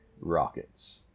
Rockets